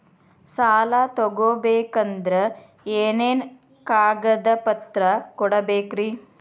ಸಾಲ ತೊಗೋಬೇಕಂದ್ರ ಏನೇನ್ ಕಾಗದಪತ್ರ ಕೊಡಬೇಕ್ರಿ?